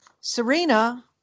Serena